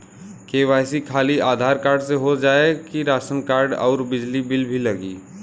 KYC खाली Aadhaar card से हो जाए कि राशन कार्ड अउर बिजली बिल भी लगी?